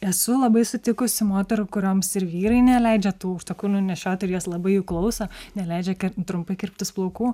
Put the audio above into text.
esu labai sutikusi moterų kurioms ir vyrai neleidžia tų aukštakulnių nešioti ir jos labai jų klauso neleidžia kir trumpai kirptis plaukų